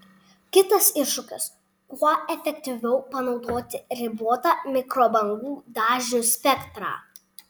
kitas iššūkis kuo efektyviau panaudoti ribotą mikrobangų dažnių spektrą